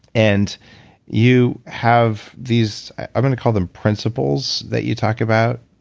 and you have these, i'm going to call them principles that you talk about.